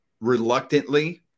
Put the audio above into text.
reluctantly